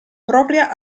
propria